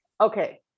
Okay